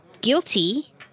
guilty